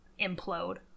implode